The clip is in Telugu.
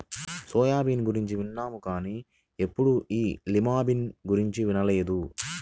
సోయా బీన్ గురించి విన్నాం కానీ ఎప్పుడూ ఈ లిమా బీన్స్ గురించి వినలేదు